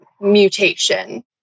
mutation